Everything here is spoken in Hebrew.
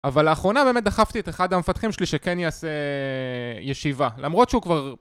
אבל לאחרונה באמת דחפתי את אחד המפתחים שלי שכן יעשה ישיבה למרות שהוא כבר...